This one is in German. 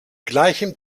gleichem